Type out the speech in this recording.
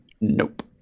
nope